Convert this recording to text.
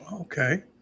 Okay